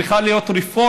צריכה להיות רפורמה,